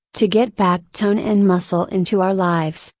to get back tone and muscle into our lives,